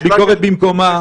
הביקורת במקומה.